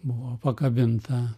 buvo pakabinta